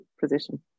position